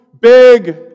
big